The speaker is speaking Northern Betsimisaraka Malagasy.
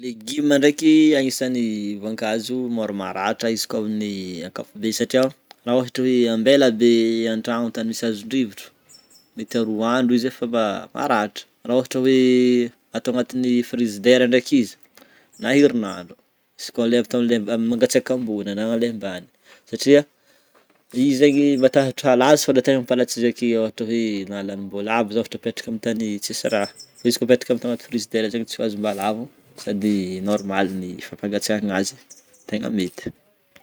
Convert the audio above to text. N'y légumes ndreky agnisany voankazo mora maratra izy ko amin'ny ankapobeny satria ra ohatra hoe ambela bé antragno amin'ny tany hazon-drivotra, mety aroa andro izy de efa ma- maratra, ohatra hoe atô agnaty frigidaire ndreky izy na herinandro izy ko ato amin'ilay magnatsiaka ambo na amle ambany, satria izy zegny matahotra alazo mamparatsy izy ake na lanim-bolavo zô ra apetraka amin'ny tany tsisy raha izy ko apetraka ato agnaty frigidaire zegny tsy ho azom-bolavo sady normale n'y fampagnatsiahana azy tegna mety.